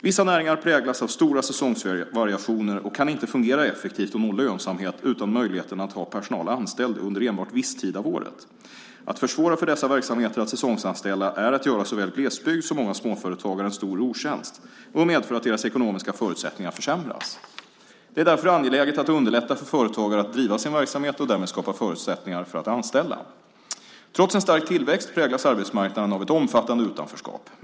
Vissa näringar präglas av stora säsongsvariationer och kan inte fungera effektivt och nå lönsamhet utan möjligheten att ha personal anställd under enbart viss tid av året. Att försvåra för dessa verksamheter att säsongsanställa är att göra såväl glesbygd som många småföretagare en stor otjänst och medför att deras ekonomiska förutsättningar försämras. Det är därför angeläget att underlätta för företagare att driva sin verksamhet och därmed skapa förutsättningar för att anställa. Trots en stark tillväxt präglas arbetsmarknaden av ett omfattande utanförskap.